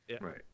Right